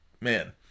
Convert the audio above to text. man